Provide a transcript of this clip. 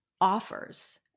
offers